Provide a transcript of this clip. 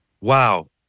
wow